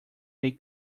they